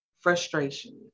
frustration